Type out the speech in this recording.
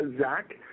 Zach